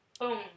Boom